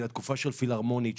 תקופה של פילהרמונית,